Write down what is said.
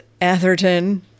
Atherton